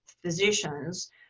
physicians